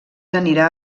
anirà